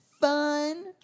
fun